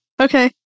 Okay